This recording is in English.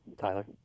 Tyler